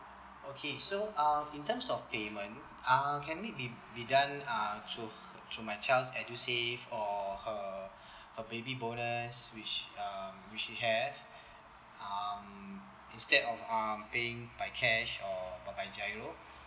okay so uh in terms of payment uh can we be be done uh through through my child edusave or her her baby bonus which um which he have um instead of um paying by cash or by by GIRO